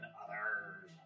others